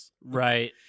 right